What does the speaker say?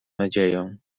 nadzieją